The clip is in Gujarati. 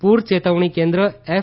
પૂર ચેતવણી કેન્દ્ર એફ